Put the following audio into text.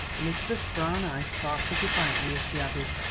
elizabeth's brown eyes sparkled defiantly as she added,